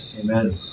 amen